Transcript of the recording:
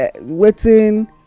waiting